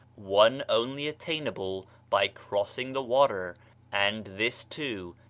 one only attainable by crossing the water and this, too,